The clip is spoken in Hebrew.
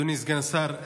אדוני סגן השר,